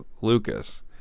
Lucas